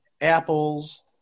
apples